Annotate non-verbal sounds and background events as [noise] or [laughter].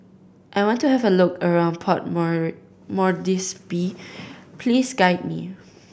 I want to have a look around Port [unintelligible] Moresby please guide me